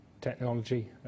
technology